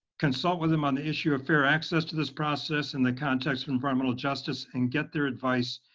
consult with them on the issue of fair access to this process in the context of environmental justice, and get their advice.